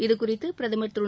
இதுகுறித்து பிரதமர் திரு